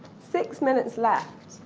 six minutes left.